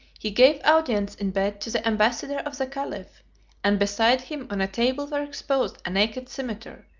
he gave audience in bed to the ambassador of the caliph and beside him on a table were exposed a naked cimeter,